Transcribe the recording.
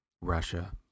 Russia